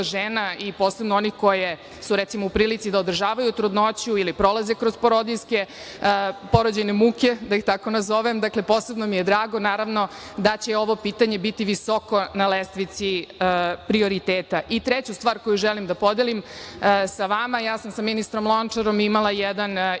i posebno onih koje su, recimo, u prilici da održavaju trudnoću ili prolaze kroz porodiljske, porođajne muke, da ih tako nazovem, da će ovo pitanje biti visoko na lestvici prioriteta. Treću stvar koju želim da podelim sa vama, ja sam sa ministrom Lončarom imala jedan izuzetan